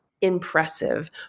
impressive